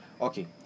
okay